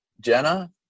Jenna